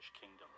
kingdom